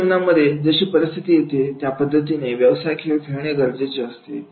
खरा जीवनामध्ये जशी परिस्थिती येते त्या पद्धतीने व्यवसाय खेळ गरजेचे असते